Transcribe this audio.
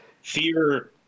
Fear